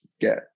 get